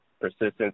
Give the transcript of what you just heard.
persistence